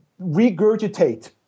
regurgitate